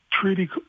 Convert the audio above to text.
treaty